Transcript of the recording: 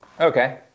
okay